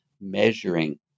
measuring